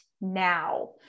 now